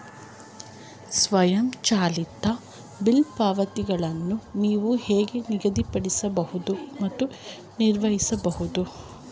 ಸ್ವಯಂಚಾಲಿತ ಬಿಲ್ ಪಾವತಿಗಳನ್ನು ನೀವು ಹೇಗೆ ನಿಗದಿಪಡಿಸಬಹುದು ಮತ್ತು ನಿರ್ವಹಿಸಬಹುದು?